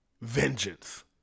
vengeance